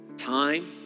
time